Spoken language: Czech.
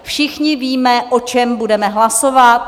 Všichni víme, o čem budeme hlasovat.